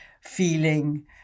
feeling